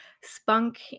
spunk